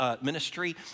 ministry